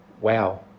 wow